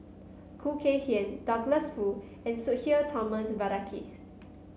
Khoo Kay Hian Douglas Foo and Sudhir Thomas Vadaketh